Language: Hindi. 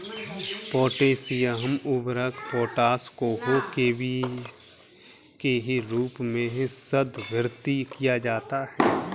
पोटेशियम उर्वरक पोटाश को केबीस के रूप में संदर्भित किया जाता है